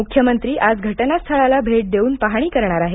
मुख्यमंत्री आज घटनास्थळाला भेट देऊन पाहणी करणार आहेत